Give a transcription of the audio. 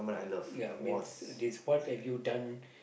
ya means this what have you done